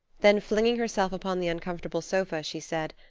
then flinging herself upon the uncomfortable sofa she said,